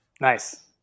Nice